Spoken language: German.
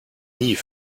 nie